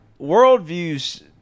worldviews